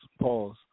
pause